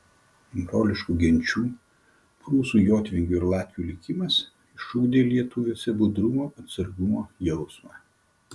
broliškų genčių prūsų jotvingių ir latvių likimas išugdė lietuviuose budrumo atsargumo jausmą